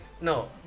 no